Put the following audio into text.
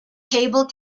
cable